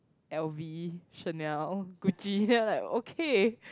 L_V Chanel Gucci then I'm like okay